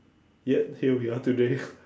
yet here we are today